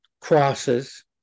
crosses